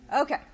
Okay